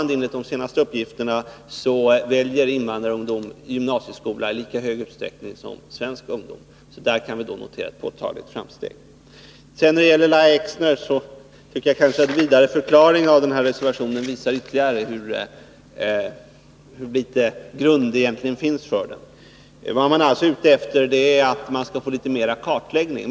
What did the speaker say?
Enligt de senaste uppgifterna väljer invandrarungdomar gymnasieskola i lika stor utsträckning som svenska ungdomar. Där kan vi alltså notera ett påtagligt framsteg. Till Lahja Exner vill jag säga: Den vidare förklaringen av reservationen visar ytterligare hur liten grund det egentligen finns för den. Vad man är ute efter är alltså litet mer kartläggning.